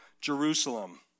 Jerusalem